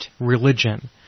religion